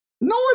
No